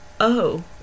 Oh